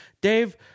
dave